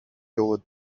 your